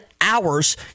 hours